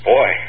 Boy